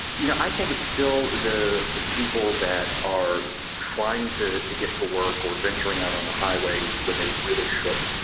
you know, i think it's still the the people that are trying to to get to work or venturing out on the highways when they really shouldn't.